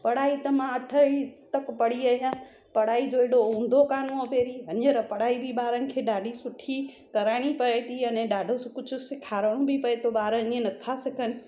पढ़ाई त मां अठ ई तक पढ़ी आहियां पढ़ाई जो एॾो हूंदो कोनि हुओ पहिरियों हींअर पढ़ाई बि ॿारनि खे ॾाढी सुठी कराइणी पए थी अने ॾाढो कुझु सेखारिणो बि पए थो ॿार हीअं नथा सिखनि